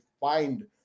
find